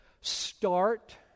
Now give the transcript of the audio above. start